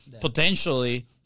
potentially